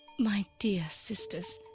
my dear sisters,